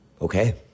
okay